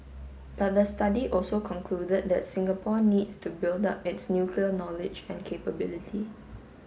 but the study also concluded that Singapore needs to build up its nuclear knowledge and capability